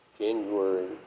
January